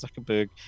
Zuckerberg